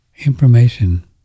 information